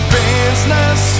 business